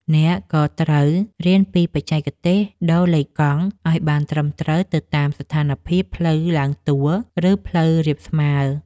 អ្នកក៏ត្រូវរៀនពីបច្ចេកទេសដូរលេខកង់ ឱ្យបានត្រឹមត្រូវទៅតាមស្ថានភាពផ្លូវទ្បើងទួល ឬផ្លូវរាបស្មើ។